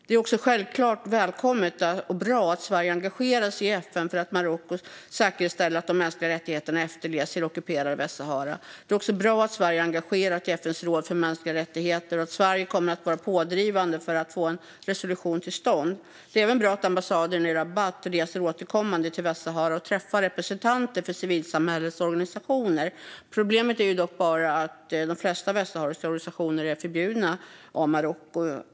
Det är självklart välkommet och bra att Sverige engagerar sig i FN för att Marocko ska säkerställa att de mänskliga rättigheterna efterlevs i det ockuperade Västsahara. Det är också bra att Sverige är engagerat i FN:s råd för mänskliga rättigheter och att Sverige kommer att vara pådrivande för att få en resolution till stånd. Det är även bra att ambassaden i Rabat återkommande reser till Västsahara och träffar representanter för civilsamhällets organisationer. Problemet är dock bara att de flesta västsahariska organisationer är förbjudna av Marocko.